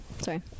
sorry